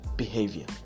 behavior